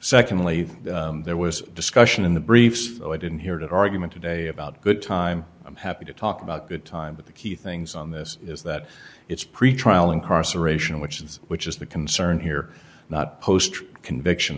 secondly there was discussion in the briefs oh i didn't hear that argument today about good time i'm happy to talk about that time but the key things on this is that it's pretrial incarceration which is which is the concern here not post conviction